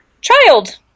child